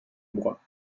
moi